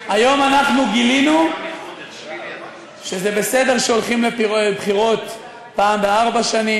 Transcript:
היום אנחנו גילינו שזה בסדר שהולכים לבחירות פעם בארבע שנים,